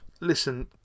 listen